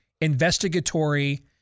investigatory